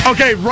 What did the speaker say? Okay